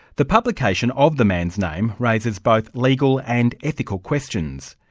the publication of the man's name raises both legal and ethical questions.